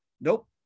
Nope